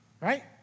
right